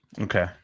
okay